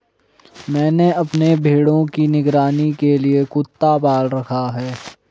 मैंने अपने भेड़ों की निगरानी के लिए कुत्ता पाल रखा है